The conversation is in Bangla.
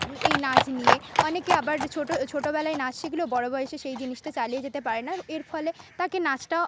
এই নাচ নিয়ে অনেকে আবার ছোট ছোটবেলায় নাচ শিখলেও বড় বয়সে সেই জিনিসটা চালিয়ে যেতে পারে না এর ফলে তাঁকে নাচটা